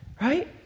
right